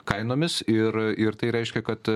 kainomis ir ir tai reiškia kad